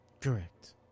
Correct